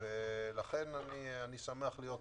לכן אני שמח להיות פה.